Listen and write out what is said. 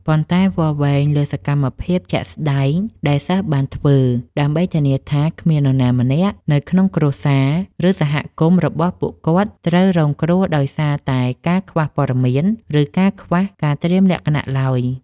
ប៉ុន្តែវាស់វែងលើសកម្មភាពជាក់ស្ដែងដែលសិស្សបានធ្វើ ដើម្បីធានាថាគ្មាននរណាម្នាក់នៅក្នុងគ្រួសារ ឬសហគមន៍របស់ពួកគាត់ត្រូវរងគ្រោះដោយសារតែការខ្វះព័ត៌មាន ឬការខ្វះការត្រៀមលក្ខណៈឡើយ។